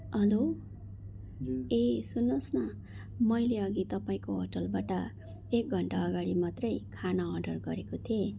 hello ए सुन्नुहोस् न मैले अघि तपाईँको होटलबाट एक घन्टा अगाडि मात्रै खाना अर्डर गरेको थिएँ